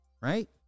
Right